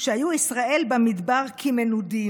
שהיו ישראל במדבר כמנודים"